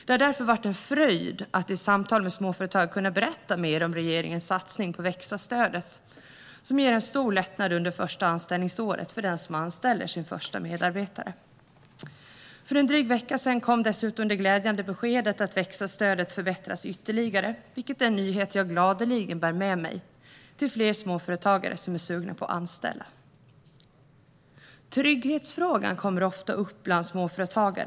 Det har därför varit en fröjd att i samtal med småföretagare kunna berätta mer om regeringens satsning på växa-stöd. Det ger en stor lättnad under det första anställningsåret för den som anställer sin första medarbetare. För drygt en vecka sedan kom dessutom det glädjande beskedet att växa-stödet förbättras ytterligare, vilket är en nyhet jag gladeligen bär med mig till fler småföretagare som är sugna på att anställa. Trygghetsfrågan kommer ofta upp bland småföretagare.